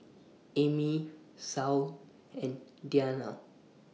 Amy Saul and Deanna